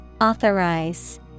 Authorize